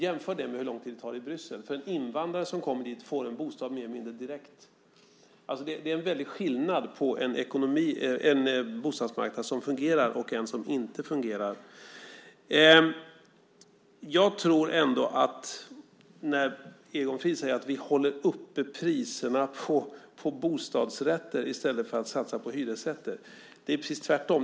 Jämför det med hur lång tid det tar i Bryssel. En invandrare som kommer dit får en bostad mer eller mindre direkt. Det är en väldig skillnad på en bostadsmarknad som fungerar och en som inte fungerar. Jag tror ändå, när Egon Frid säger att vi håller upp priserna på bostadsrätter i stället för att satsa på hyresrätter, att det är tvärtom.